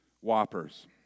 Whoppers